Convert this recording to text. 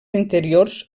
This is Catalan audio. interiors